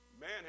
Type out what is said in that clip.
Man